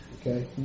Okay